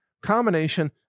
combination